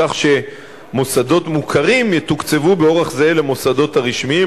כך שמוכרים יתוקצבו באורח זהה למוסדות הרשמיים,